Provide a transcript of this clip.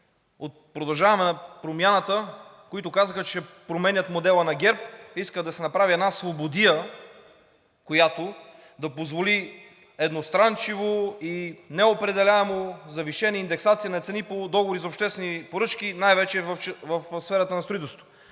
от „Продължаваме Промяната“, които казаха, че ще променят модела на ГЕРБ, искат да се направи една свободия, която да позволи едностранчиво и неопределяемо завишена индексация на цени по договори за обществени поръчки, най-вече в сферата на строителството.